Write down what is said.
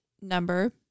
number